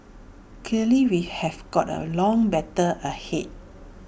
clearly we have got A long battle ahead